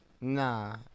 Nah